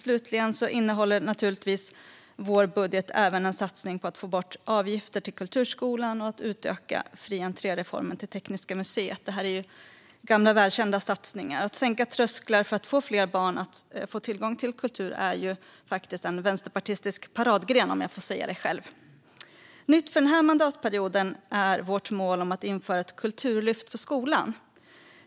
Vår budget innehåller naturligtvis även en satsning på att få bort avgifter till kulturskolan och på att utöka fri entré-reformen till Tekniska museet. Det är gamla, välkända satsningar. Att sänka trösklar för att ge fler barn tillgång till kultur är en vänsterpartistisk paradgren, om jag får säga det själv. Nytt för den här mandatperioden är vårt mål om att införa ett kulturlyft för skolan.